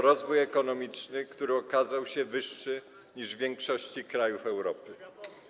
rozwój ekonomiczny, który okazał się wyższy niż w większości krajów Europy.